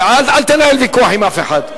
אל תנהל ויכוח עם אף אחד.